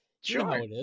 Sure